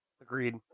Agreed